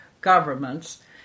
governments